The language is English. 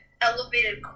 elevated